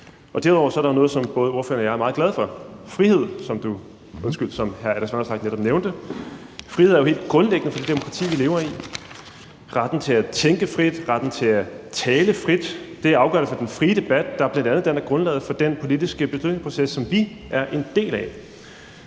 derudover er der jo noget, som både ordføreren og jeg er meget glade for, nemlig frihed, som hr. hr. Alex Vanopslagh netop nævnte. Frihed er jo helt grundlæggende for det demokrati, vi lever i: retten til at tænke frit, retten til at tale frit. Det er afgørende for den frie debat, der bl.a. danner grundlaget for den politiske beslutningsproces, som vi er en del af.